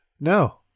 No